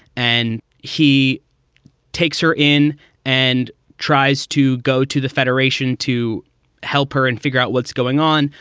and he takes her in and tries to go to the federation to help her and figure out what's going on.